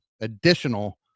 additional